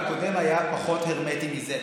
והקודם היה פחות הרמטי מזה.